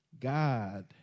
God